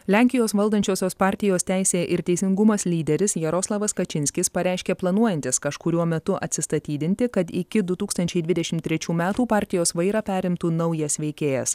lenkijos valdančiosios partijos teisė ir teisingumas lyderis jaroslavas kačinskis pareiškė planuojantis kažkuriuo metu atsistatydinti kad iki du tūkstančiai dvidešim trečių metų partijos vairą perimtų naujas veikėjas